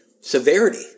severity